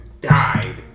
died